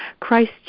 Christ